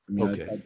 Okay